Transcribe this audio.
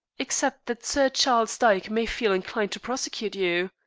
except that sir charles dyke may feel inclined to prosecute you.